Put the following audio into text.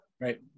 Right